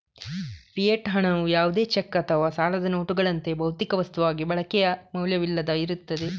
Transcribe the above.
fiat ಹಣವು ಯಾವುದೇ cheque ಅಥವಾ ಸಾಲದ ನೋಟುಗಳಂತೆ, ಭೌತಿಕ ವಸ್ತುವಾಗಿ ಬಳಕೆಯ ಮೌಲ್ಯವಿಲ್ಲದೆ ಇರುತ್ತದೆ